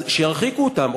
אז שירחיקו אותם,